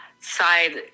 side